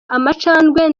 amacandwe